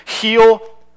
heal